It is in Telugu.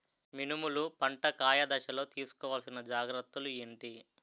మినుములు పంట కాయ దశలో తిస్కోవాలసిన జాగ్రత్తలు ఏంటి?